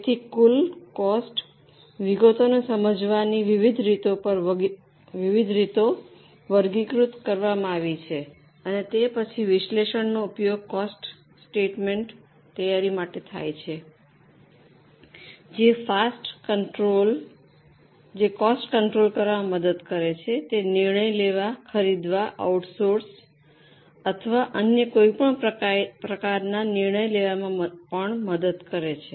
તેથી કુલ કોસ્ટ વિગતોને સમજવાની વિવિધ રીતો પર વર્ગીકૃત કરવામાં આવી છે અને તે પછી વિશ્લેષણનો ઉપયોગ કોસ્ટ સ્ટેટમેન્ટની તૈયારી માટે થાય છે જે ફાસ્ટ કંટ્રોલ કરવામાં મદદ કરે છે તે નિર્ણય લેવા ખરીદવા આઉટસોર્સ અથવા અન્ય કોઈપણ પ્રકારનાં નિર્ણય લેવામાં પણ મદદ કરે છે